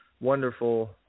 wonderful